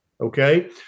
Okay